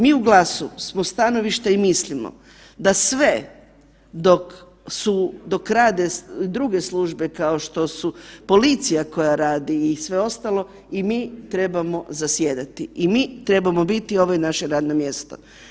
Mi u GLAS-u smo stanovišta i mislimo da sve dok su, dok rade druge službe kao što su policija koja radi i sve ostalo i mi trebamo zasjedati i mi trebamo biti, ovo je naše radno mjesto.